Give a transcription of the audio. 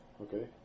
Okay